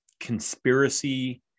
conspiracy